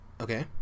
Okay